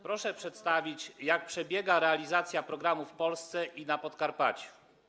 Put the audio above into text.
Proszę przedstawić, jak przebiega realizacja programu w Polsce i na Podkarpaciu.